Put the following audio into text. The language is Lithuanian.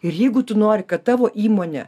ir jeigu tu nori kad tavo įmonė